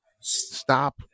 stop